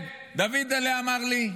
דוידל'ה אמר לי: